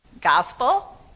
gospel